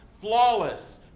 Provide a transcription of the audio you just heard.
flawless